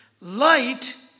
Light